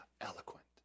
eloquent